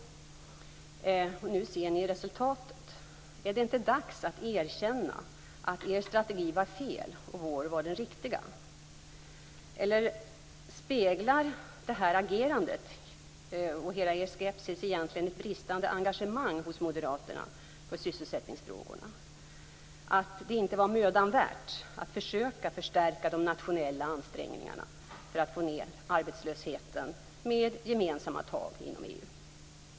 Nu ser ni resultatet. Är det inte dags att erkänna att er strategi var fel och vår var den riktiga? Eller speglar ert agerande och hela er skepsis egentligen ett bristande engagemang hos Moderaterna för sysselsättningsfrågorna? Ansåg ni att det inte var mödan värt att försöka förstärka de nationella ansträngningarna för att få ned arbetslösheten med gemensamma tag inom EU?